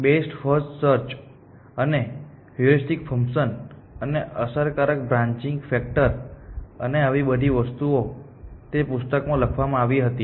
best first search અને heuristic function અને અસરકારક બ્રાન્ચિન્ગ ફેક્ટર અને આવી બધી વસ્તુઓ તે પુસ્તકમાં લખવામાં આવી હતી